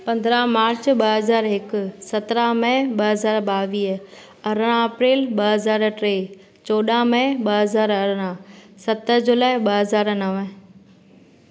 पंदरहां मार्च ॿ हज़ार हिकु सतरहां मई ॿ हज़ार ॿावीह अरिड़हां अप्रैल ॿ हज़ार टे चोॾहां मई ॿ हज़ार अरिड़हां सत जुलाई ॿ हज़ार नव